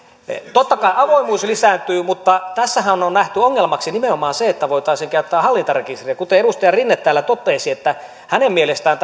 totta kai avoimuus lisääntyy mutta tässähän on on nähty ongelmaksi nimenomaan se että voitaisiin käyttää hallintarekisteriä kuten edustaja rinne totesi hänen mielestään